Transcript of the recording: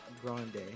Grande